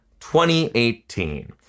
2018